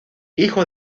hijo